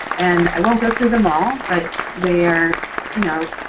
and i won't go through them all, but they are you know